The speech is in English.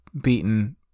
beaten